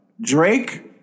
Drake